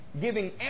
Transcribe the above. giving